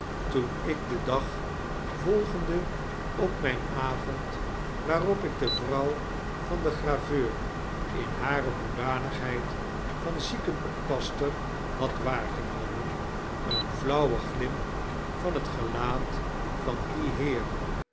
toen ik den dag volgende op mijn avond waarop ik de vrouw van den graveur in hare hoedanigheid van ziekenoppasster had waargenomen een tiauwen glimp van het gelaat van dien heer